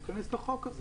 --- את החוק הזה.